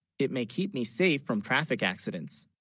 it may keep me safe from traffic. accidents,